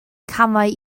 camau